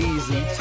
Easy